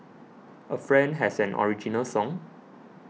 a friend has an original song